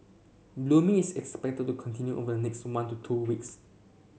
blooming is expected to continue over the next one to two weeks